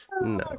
no